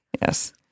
yes